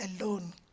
alone